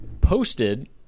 posted